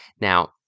Now